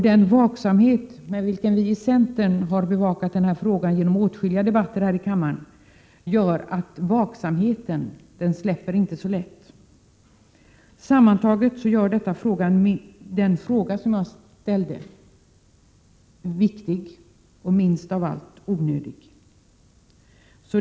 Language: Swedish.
Den vaksamhet med vilken vi i centern har bevakat den här frågan genom åtskilliga debatter här i kammaren släpper vi inte så lätt. Sammantaget gör detta min fråga viktig och minst av allt onödig.